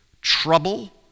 trouble